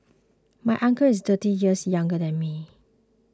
my uncle is thirty years younger than me